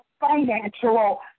financial